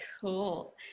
Cool